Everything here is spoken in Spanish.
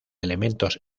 elementos